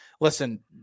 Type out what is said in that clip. listen